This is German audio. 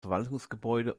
verwaltungsgebäude